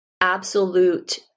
absolute